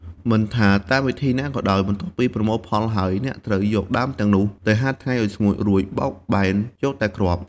មិនថាតាមវិធីណាក៏ដោយ បន្ទាប់ពីប្រមូលផលហើយ អ្នកត្រូវយកដើមទាំងនោះទៅហាលថ្ងៃឲ្យស្ងួត រួចបោកបែនយកតែគ្រាប់។